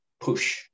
push